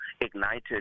ignited